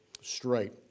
straight